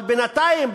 אבל בינתיים,